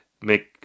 make